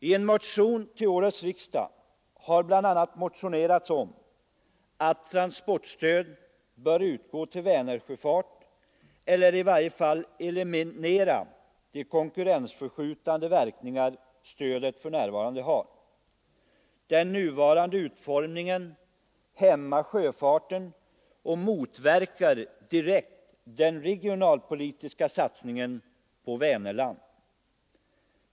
I en motion till årets riksdag har bl.a. yrkats att transportstöd skall utgå till Vänersjöfart eller att man i varje fall skall eliminera de konkurrensförskjutande verkningar stödet för närvarande har. Den nuvarande utformningen hämmar sjöfarten och motverkar direkt den regionalpolitiska satsningen på Vänerland.